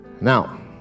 Now